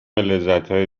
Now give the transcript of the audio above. لذتهای